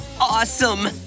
awesome